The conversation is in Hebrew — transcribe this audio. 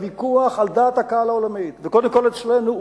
הוויכוח על דעת הקהל העולמית וקודם כול אצלנו,